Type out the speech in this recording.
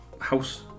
house